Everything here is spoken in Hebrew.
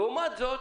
לעומת זאת,